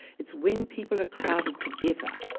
it's when people are crowded together